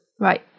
Right